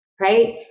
right